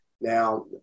Now